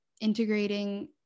integrating